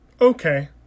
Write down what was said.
Okay